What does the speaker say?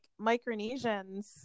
Micronesians